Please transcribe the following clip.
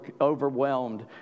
overwhelmed